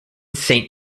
saint